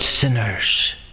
sinners